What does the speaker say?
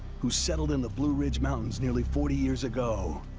who settled in the blue ridge mountains nearly forty years ago.